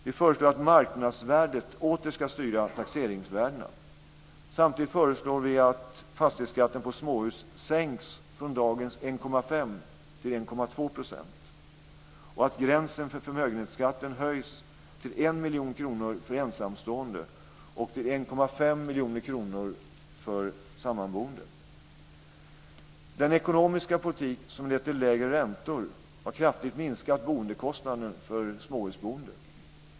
Vi föreslår att marknadsvärdet åter ska styra taxeringsvärdena. Samtidigt föreslår vi att fastighetsskatten på småhus sänks från dagens 1,5 % till 1,2 % och att gränsen för förmögenhetsskatten höjs till 1 miljon kronor för ensamstående och till 1,5 miljoner kronor för sammanboende. Den ekonomiska politik som lett till lägre räntor har kraftigt minskat boendekostnaden för småhusboende.